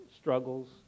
struggles